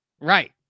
Right